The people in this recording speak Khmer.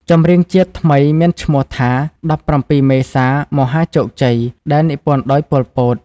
ចម្រៀងជាតិថ្មីមានឈ្មោះថា ១៧មេសា មហាជោគជ័យ ដែលនិពន្ធដោយ ប៉ុល ពត ។